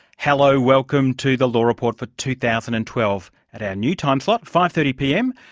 hello, welcome to the law report for two thousand and twelve at our new time-slot, five. thirty pm,